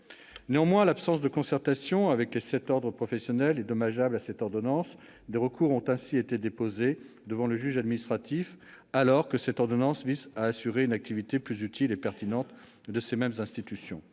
Néanmoins, l'absence de concertation avec les sept ordres professionnels est dommageable à cette ordonnance. Des recours ont ainsi été déposés devant le juge administratif, alors que ce texte vise à assurer une activité plus utile et pertinente de ces institutions.